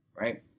right